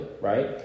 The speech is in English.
right